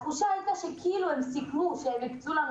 התחושה הייתה שהם סיכמו על כך שהקצו לנו